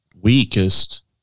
weakest